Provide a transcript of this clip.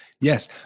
yes